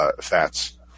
Fats